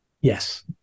Yes